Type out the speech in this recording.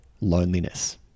loneliness